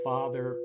Father